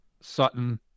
Sutton